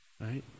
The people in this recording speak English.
right